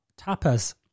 tapas